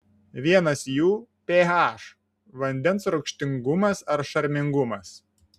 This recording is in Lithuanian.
vienas jų ph vandens rūgštingumas ar šarmingumas